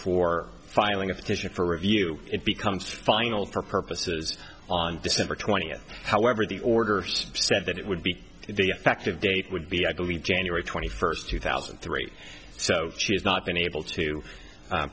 for filing a petition for review it becomes final for purposes on december twentieth however the order said that it would be the effective date would be i believe january twenty first two thousand and three so she has not been able to